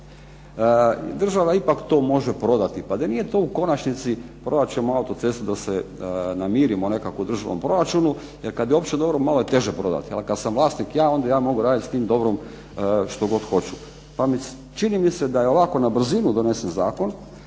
Država ipak to može prodati. Pa da nije to u konačnici prodat ćemo autocestu da se namirimo nekako u državnom proračunu, jer kad je opće dobro malo je teže prodati, ali kad sam vlasnik ja onda ja mogu raditi s tim dobrom što god hoću. Pa čini mi se da je ovako na brzinu donesen zakon,